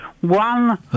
one